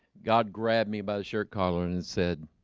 god grabbed me by the shirt collar and said